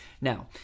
Now—